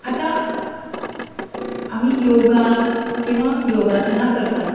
आतां आमी योगा किवा योगासना करतात